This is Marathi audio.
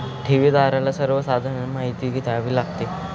ठेवीदाराला सर्वसाधारण माहिती द्यावी लागते